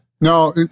no